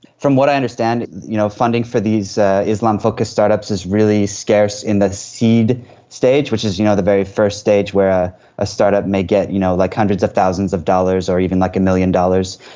from what i understand, you know funding for these islam focused start-ups is really scarce in the seed stage, which is you know the very first stage where a start-up may get you know like hundreds of thousands of dollars or even one like million dollars.